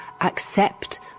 Accept